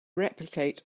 replicate